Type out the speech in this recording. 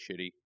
shitty